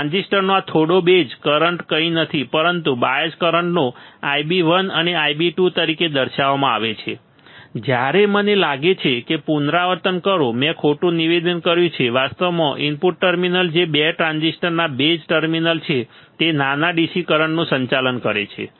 ટ્રાન્ઝિસ્ટરનો આ થોડો base current કંઈ નથી પરંતુ બાયઝ કરંટોને Ib1 અને Ib2 તરીકે દર્શાવવામાં આવે છે જ્યારે મને લાગે છે કે પુનરાવર્તન કરો મેં ખોટું નિવેદન કર્યું છે વાસ્તવમાં ઇનપુટ ટર્મિનલ જે 2 ટ્રાન્ઝિસ્ટરના બેઝ ટર્મિનલ છે તે નાના DC કરંટનું સંચાલન કરે છે